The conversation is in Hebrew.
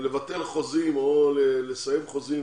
לבטל חוזים או לסיים חוזים